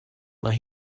mae